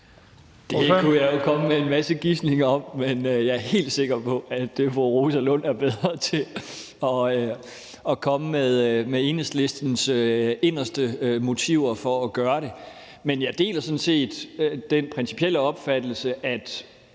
Det kunne jeg jo komme med en masse gisninger om, men jeg er helt sikker på, at fru Rosa Lund er bedre til at komme med Enhedslistens inderste motiver til at gøre det. Men jeg deler sådan set den principielle opfattelse, at